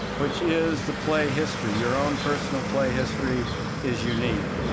which is the play history. your own personal play history is unique,